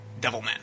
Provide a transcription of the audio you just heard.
Devilman